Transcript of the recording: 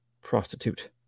prostitute